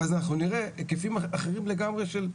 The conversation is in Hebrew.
ואז אנחנו נראה היקפים אחרים לגמרי של פעילות.